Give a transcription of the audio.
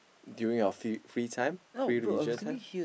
during your free free time free leisure time